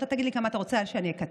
לו: אתה תגיד לי כמה אתה רוצה שאני אקצץ,